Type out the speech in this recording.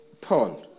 Paul